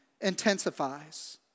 intensifies